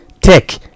Tech